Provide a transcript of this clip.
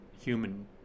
Human